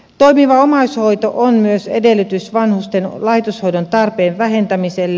toimiva omaishoito on myös edellytys vanhusten laitoshoidon tarpeen vähentämiselle